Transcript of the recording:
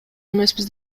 эмеспиз